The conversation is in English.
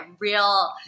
real